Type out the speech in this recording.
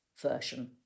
version